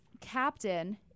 captain